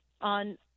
on